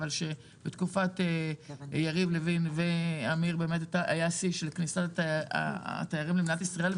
שבתקופת יריב לוין ואמיר היה מספר שיא בכניסת תיירים למדינת ישראל,